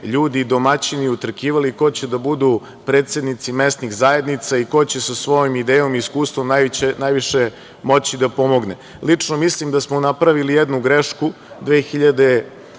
ljudi, domaćini utrkivali ko će da budu predsednici mesnih zajednica i ko će sa svojom idejom i iskustvom najviše moći da pomogne. Lično mislim da smo napravili jednu grešku 2012.